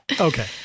Okay